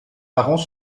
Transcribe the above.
parents